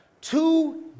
two